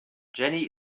jenny